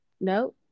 no